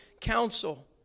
counsel